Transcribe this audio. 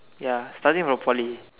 yes starting from Poly